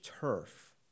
turf